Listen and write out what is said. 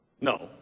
No